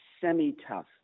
Semi-Tough